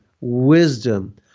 wisdom